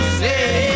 say